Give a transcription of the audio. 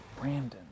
Brandon